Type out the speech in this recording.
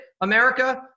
America